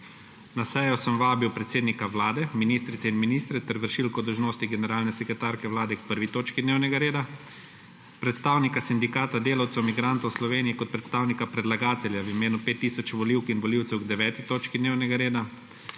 Na sejo sem vabil predsednika Vlade, ministrice in ministre ter vršilko dolžnosti generalne sekretarke Vlade k 1. točki dnevnega reda, predstavnika Sindikata delavcev migrantov Slovenije kot predstavnika predlagatelja v imenu 5 tisoč volivk in volivcev k 9. točki dnevnega reda,